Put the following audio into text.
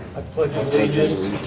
i pledge allegiance